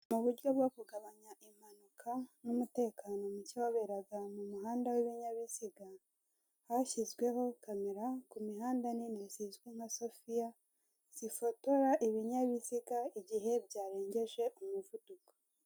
Mu buryo bwo kugabanya impanuka n'umutekano muke waberaga mu muhanda w'ibinyabiziga, hashyizweho kamera ku mihanda nini zizwi nka sofiya zifotora ibinyabiziga igihe byarengeje umuvuduko.